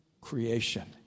creation